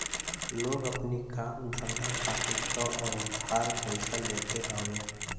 लोग अपनी काम धंधा खातिर तअ उधार पइसा लेते हवे